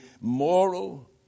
moral